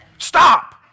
stop